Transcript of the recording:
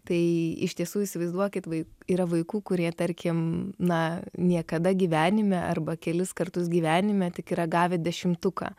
tai iš tiesų įsivaizduokit vai yra vaikų kurie tarkim na niekada gyvenime arba kelis kartus gyvenime tik yra gavę dešimtuką